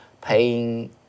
paying